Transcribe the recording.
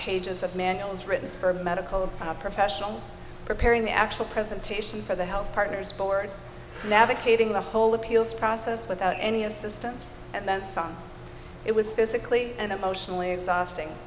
pages of manuals written for medical professionals preparing the actual presentation for the health partners board navigating the whole appeals process without any assistance and then sign it was physically and emotionally exhausting